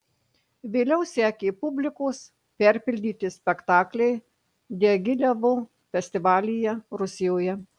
vėliau sekė publikos perpildyti spektakliai diagilevo festivalyje rusijoje